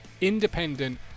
independent